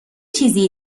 چیزی